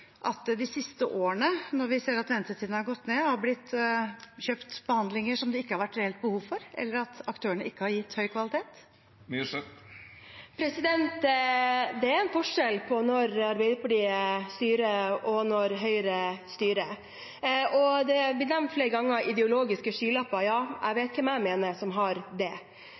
de siste årene, når vi ser at ventetidene har gått ned, har blitt kjøpt behandlinger det ikke har vært reelt behov for, eller at aktørene ikke har gitt høy kvalitet? Det er en forskjell på når Arbeiderpartiet styrer og når Høyre styrer. Ideologiske skylapper er flere ganger blitt nevnt, og jeg vet hvem jeg mener har det.